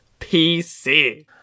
PC